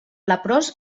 leprós